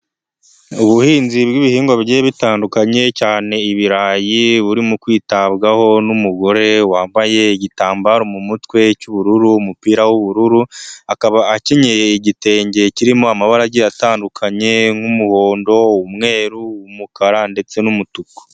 Ubuhinzi bw'ibihingwa bigiye bitandukanye cyane ibirayi, burimo kwitabwaho n'umugore wambaye igitambaro mu mutwe cy'ubururu n'umupira w'ubururu, akaba akenyeye igitenge kirimo amabara agiye atandukanye: nk'umuhondo, umweru, umukara ndetse n'umutuku.